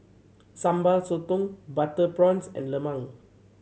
Sambal Sotong butter prawns and lemang